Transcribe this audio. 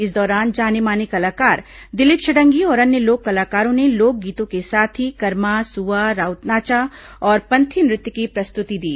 इस दौरान जाने माने कलाकार दिलीप षड़ंगी और अन्य लोक कलाकारों ने लोकगीतों के साथ ही करमा सुआ राउत नाचा और पंथी नृत्य की प्रस्तुति दी